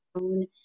own